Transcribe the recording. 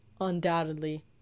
undoubtedly